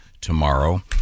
tomorrow